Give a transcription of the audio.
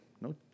No